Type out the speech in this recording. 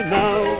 now